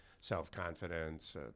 self-confidence